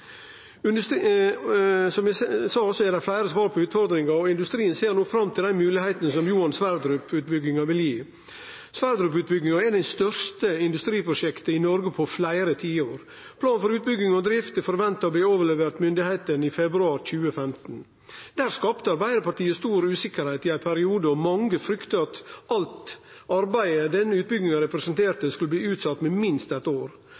underleg. Som eg sa, er det fleire svar på utfordringa, og industrien ser no fram til dei moglegheitene som Johan Sverdrup-utbygginga vil gi. Johan Sverdrup-utbygginga er det største industriprosjektet i Noreg på fleire tiår. Plan for utbygging og drift er venta å bli overlevert til myndigheitene i februar 2015. Der skapte Arbeidarpartiet stor usikkerheit i ein periode, og mange frykta at alt arbeidet denne utbygginga representerte, skulle bli utsett med minst eit år.